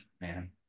Man